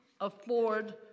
afford